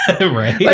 right